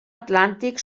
atlàntic